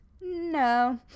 No